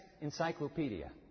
Encyclopedia